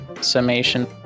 summation